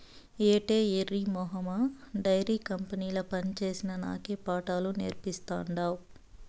ఏటే ఎర్రి మొహమా డైరీ కంపెనీల పనిచేసిన నాకే పాఠాలు నేర్పతాండావ్